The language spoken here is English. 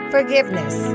Forgiveness